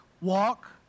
walk